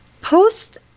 Post